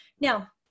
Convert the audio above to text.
Now